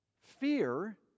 Fear